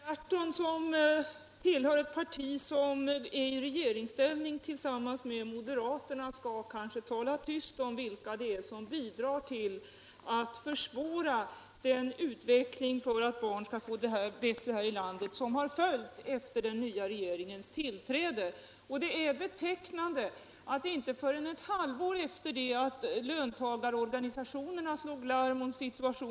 Herr talman! Herr Gahrton, som tillhör ett parti som befinner sig i regeringsställning tillsammans med moderaterna, skall kanske tala tyst om vilka som bidrar till den utveckling som följde efter den nya regeringens tillträde. Vad som skett är ju att ansträngningarna att förbättra barns levnadsvillkor har starkt försvårats.